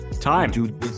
Time